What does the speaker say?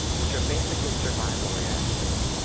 which are basically survival reactions.